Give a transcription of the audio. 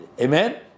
amen